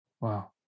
Wow